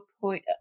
point